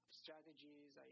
strategies